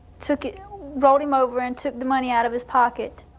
took it rolled him over and took the money out of his pocket.